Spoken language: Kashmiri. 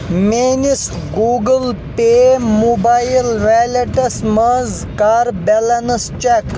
میٲنِس گوٗگٕل پے موبایِل ویلیٹس منٛز کر بیلنس چیک